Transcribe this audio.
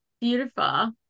beautiful